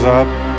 up